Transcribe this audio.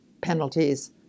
penalties